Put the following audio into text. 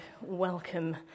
welcome